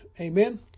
Amen